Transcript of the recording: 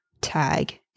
Tag